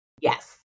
Yes